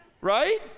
right